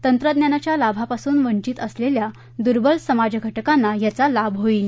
तंत्रज्ञानाच्या लाभापासून वंचित असलेल्या दुर्बल समाजघटकांना याचा लाभ होईल